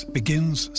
begins